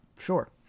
sure